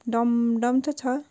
dumdum त छ